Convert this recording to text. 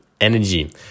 energy